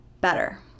better